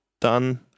done